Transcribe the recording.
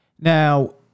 Now